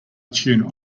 tune